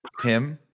tim